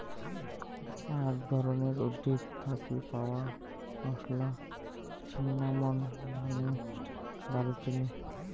আক ধরণের উদ্ভিদ থাকি পাওয়া মশলা, সিন্নামন মানে দারুচিনি